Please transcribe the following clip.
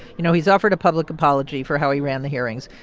you know, he's offered a public apology for how he ran the hearings.